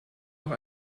noch